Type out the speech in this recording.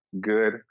good